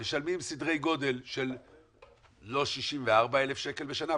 משלמים סדרי גודל של לא 64,000 שקל בשנה,